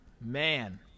Man